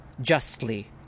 justly